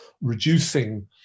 reducing